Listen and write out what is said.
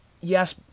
Yes